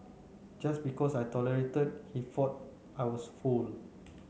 just because I tolerated he thought I was fool